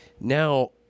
Now